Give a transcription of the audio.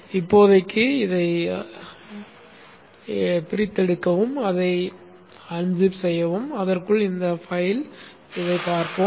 இப்போதைக்கு பிரித்தெடுக்கவும் அதை அன்சிப் செய்யவும் அதற்குள் இந்த பைல் பார்க்கவும்